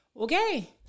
okay